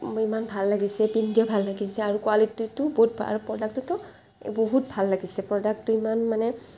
মোৰ ইমান ভাল লাগিছে পিন্ধিও ভাল লাগিছে আৰু কোৱালিটীটো বহুত ভাল আৰু প্ৰডাক্টটোতো বহুত ভাল লাগিছে প্ৰডাক্টটো ইমান মানে